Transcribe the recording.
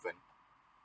no